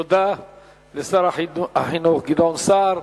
תודה לשר החינוך גדעון סער.